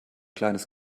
kleines